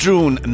June